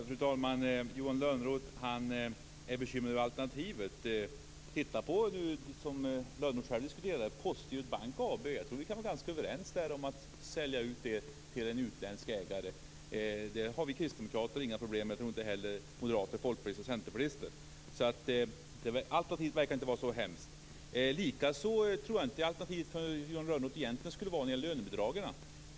Fru talman! Johan Lönnroth är bekymrad över alternativet. Titta på det som Johan Lönnroth själv diskuterade, Postgirot AB. Jag tror att vi kan vara ganska överens om att sälja ut det till en utländsk ägare. Det har vi kristdemokrater inga problem med, och det tror jag inte heller att moderater, folkpartister och centerpartister har. Det alternativet verkar alltså inte var så hemskt. Det tror jag inte heller att alternativet när det gäller lönebidragen skulle vara för Johan Lönnroth.